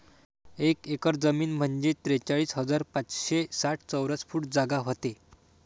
एक एकर जमीन म्हंजे त्रेचाळीस हजार पाचशे साठ चौरस फूट जागा व्हते